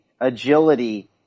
agility